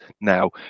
now